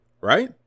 Right